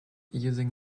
using